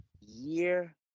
year